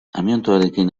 amiantoarekin